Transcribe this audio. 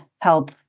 help